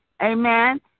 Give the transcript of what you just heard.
Amen